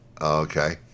okay